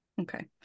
Okay